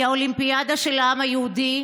היא האולימפיאדה של העם היהודי,